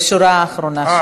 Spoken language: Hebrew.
בשורה האחרונה שם.